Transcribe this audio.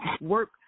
work